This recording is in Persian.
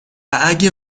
اگه